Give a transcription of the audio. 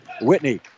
Whitney